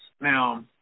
now